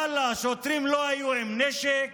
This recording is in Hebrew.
אבל השוטרים לא היו עם נשק